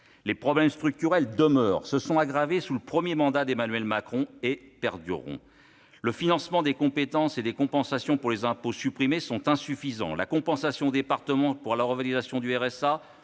Les problèmes structurels demeurent, ils se sont aggravés sous le premier mandat d'Emmanuel Macron et perdureront. Le financement des compétences et les compensations d'impôts supprimés sont insuffisants, comme la compensation aux départements de la revalorisation du RSA,